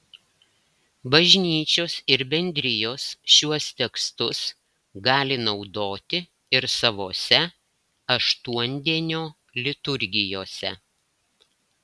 bažnyčios ir bendrijos šiuos tekstus gali naudoti ir savose aštuondienio liturgijose